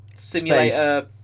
Simulator